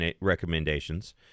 recommendations